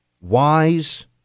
wise